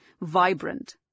vibrant